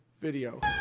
video